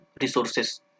Resources